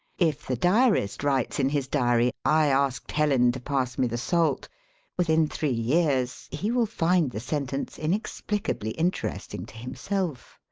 if the diarist writes in his diary, i asked helen to pass me the salt within three years he will find the sentence inexplicably interesting to himself.